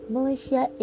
Malaysia